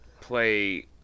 play